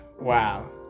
wow